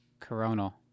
Coronal